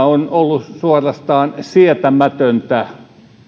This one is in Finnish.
on ollut suorastaan sietämätöntä